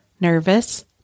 nervous